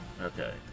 Okay